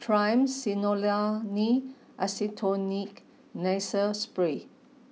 Triamcinolone Acetonide Nasal Spray